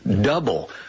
Double